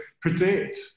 predict